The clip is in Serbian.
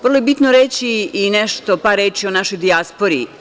Vrlo je bitno reći i nešto, par reči, o našoj dijaspori.